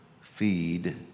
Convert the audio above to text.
feed